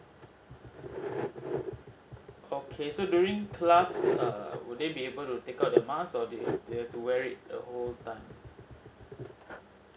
okay so during class err would they be able to take out their mask or they have they have to wear it the whole time